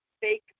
fake